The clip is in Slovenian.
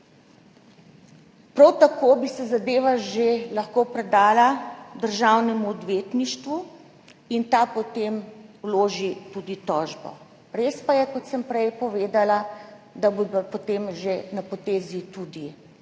Prav tako bi se zadeva že lahko predala Državnemu odvetništvu in ta potem vloži tudi tožbo. Res pa je, kot sem prej povedala, da bo pa potem že na potezi tudi